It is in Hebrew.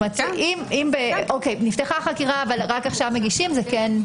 כלומר אם נפתחה בקשה ורק עכשיו מגישים זה כן.